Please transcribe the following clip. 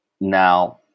Now